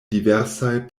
diversaj